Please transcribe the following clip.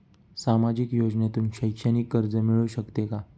सामाजिक योजनेतून शैक्षणिक कर्ज मिळू शकते का?